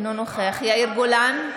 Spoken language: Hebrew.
אינו נוכח יאיר גולן,